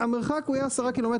המרחק הוא יהיה 10 קילומטרים.